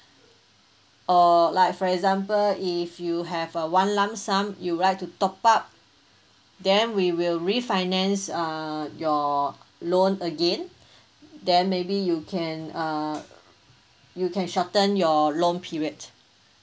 err like for example if you have a one lump sum you'll like to top up then we will refinance err your loan again then maybe you can uh you can shorten your loan period